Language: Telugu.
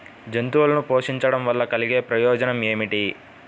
జంతువులను పోషించడం వల్ల కలిగే ప్రయోజనం ఏమిటీ?